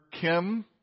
Kim